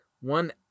one